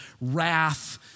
wrath